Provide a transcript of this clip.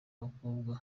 abakobwa